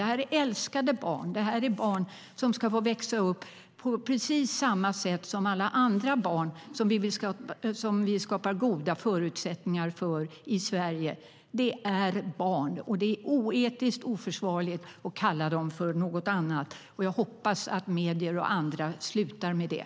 Det är älskade barn - barn som ska få växa upp på precis samma sätt som alla andra barn som vi skapar goda förutsättningar för i Sverige. De är barn, och det är oetiskt och oförsvarligt att kalla dem för något annat. Jag hoppas att medier och andra slutar med det.